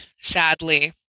sadly